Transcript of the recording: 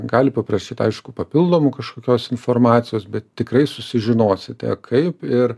gali paprašyt aišku papildomų kažkokios informacijos bet tikrai susižinosite kaip ir